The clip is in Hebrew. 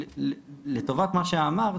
לטובת מה שאמרת,